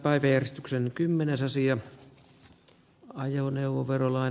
asian käsittely keskeytetään